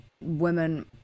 women